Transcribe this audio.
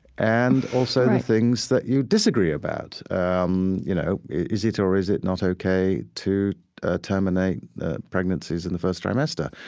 and also the things that you disagree about. um you know, is it or is it not ok to terminate pregnancies in the first trimester?